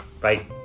Bye